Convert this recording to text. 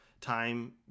time